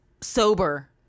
Sober